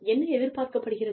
என்ன எதிர்பார்க்கப்படுகிறது